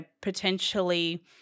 potentially